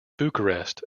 bucharest